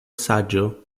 saĝo